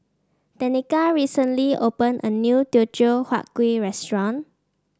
Tenika recently opened a new Teochew Huat Kuih restaurant